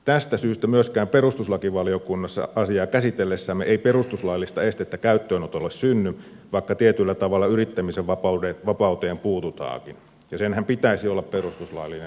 tästä syystä myöskään perustuslakivaliokunnassa asiaa käsitellessämme ei perustuslaillista estettä käyttöönotolle synny vaikka tietyllä tavalla yrittämisen vapauteen puututaankin ja senhän pitäisi olla perustuslaillinen oikeus